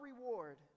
reward